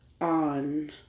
on